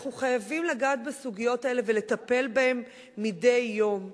אנחנו חייבים לגעת בסוגיות האלה ולטפל בהן מדי יום.